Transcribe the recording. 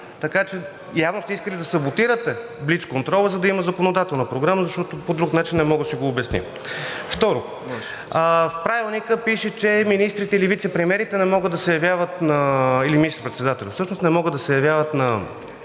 Така че явно сте искали да саботирате блицконтрола, за да има законодателна програма, защото по друг начин не мога да си го обясня. Второ, в Правилника пише, че министрите или вицепремиерите, или министър-председателят